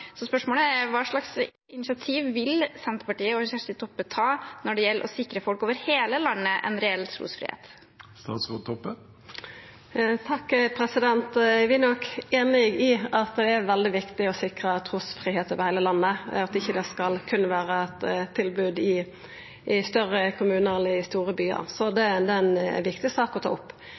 Spørsmålet er: Hva slags initiativ vil Senterpartiet og Kjersti Toppe ta når det gjelder å sikre folk over hele landet en reell trosfrihet? Vi er nok einige i at det er veldig viktig å sikra trusfridom over heile landet, og at det ikkje skal vera eit tilbod i berre større kommunar eller store byar. Det er ei viktig sak å ta opp.